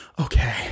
okay